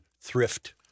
thrift